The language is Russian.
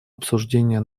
обсуждения